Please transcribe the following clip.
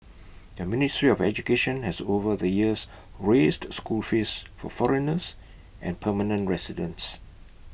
the ministry of education has over the years raised school fees for foreigners and permanent residents